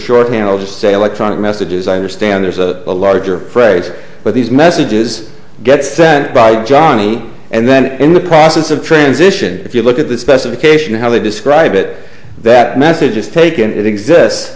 say electronic messages i understand there's a larger phrase but these messages get sent by johnny and then in the process of transition if you look at the specification how they describe it that message is taken it exists